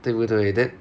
对不对 the